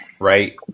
right